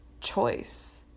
choice